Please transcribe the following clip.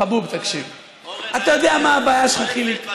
חבוב, תקשיב, אתה יודע מה הבעיה שלך, חיליק?